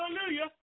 Hallelujah